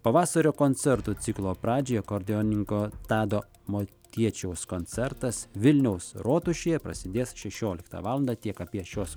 pavasario koncertų ciklo pradžiai akordeonininko tado motiečiaus koncertas vilniaus rotušėje prasidės šešioliktą valandą tiek apie šios